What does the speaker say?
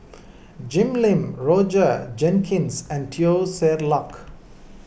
Jim Lim Roger Jenkins and Teo Ser Luck